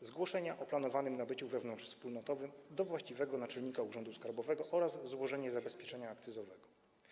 zgłoszenia o planowanym nabyciu wewnątrzwspólnotowym do właściwego naczelnika urzędu skarbowego oraz złożenie zabezpieczenia akcyzowego.